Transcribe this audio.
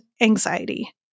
anxiety